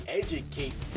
educate